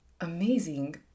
amazing